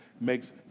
makes